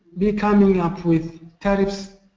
be coming up with tariffs,